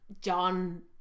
john